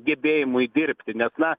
gebėjimui dirbti nes na